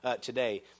today